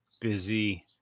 busy